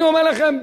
אני אומר לכם,